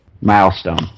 Milestone